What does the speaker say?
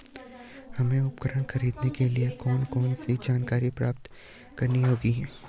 हमें उपकरण खरीदने के लिए कौन कौन सी जानकारियां प्राप्त करनी होगी?